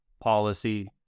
policy